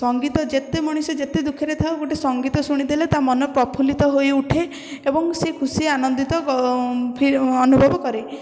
ସଙ୍ଗୀତ ଯେତେ ମଣିଷ ଯେତେ ଦୁଃଖରେ ଥାଉ ଗୋଟେ ସଙ୍ଗୀତ ଶୁଣିଦେଲେ ତା ମନ ପ୍ରଫୁଲ୍ଲିତ ହୋଇ ଉଠେ ଏବଂ ସେ ଖୁସି ଆନନ୍ଦିତ ଅନୁଭବ କରେ